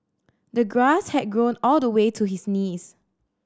the grass had grown all the way to his knees